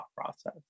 process